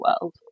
world